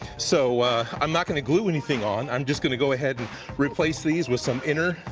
so i'm not gonna glue anything on. i'm just gonna go ahead and replace these with some inner,